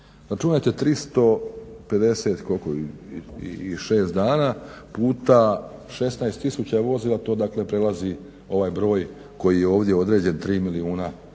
Računajte 356 dana puta 16 tisuća vozila, to dakle prelazi ovaj broj koji je ovdje određen 3 milijuna